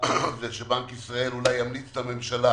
הוא שבנק ישראל אולי ימליץ לממשלה